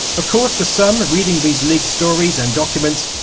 of course, for some, reading these leaked stories, and documents,